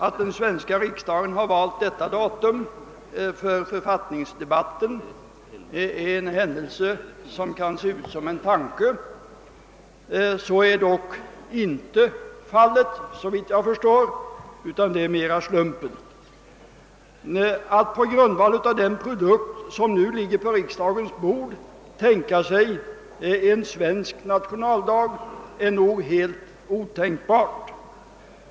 Att den svenska riksdagen har valt detta datum för författningsdebatten är en händelse som kan se ut som en tanke, men så är dock, såvitt jag förstår, inte fallet. Det är slumpen. Att på grundval av den produkt som nu ligger på riksdagens bord tänka sig en svensk nationaldag är nog omöjligt.